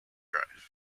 drive